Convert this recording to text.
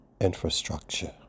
infrastructure